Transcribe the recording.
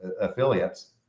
affiliates